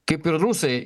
kaip ir rusai